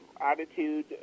attitude